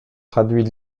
traduit